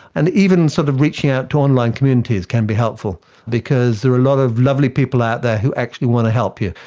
and even sort of reaching out to online communities can be helpful because there are a lot of lovely people out there who actually want to help you.